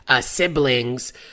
siblings